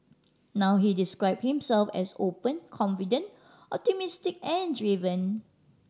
now he describe himself as open confident optimistic and driven